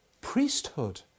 priesthood